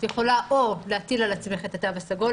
את יכולה או להטיל על עצמך את התו הסגול,